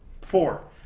Four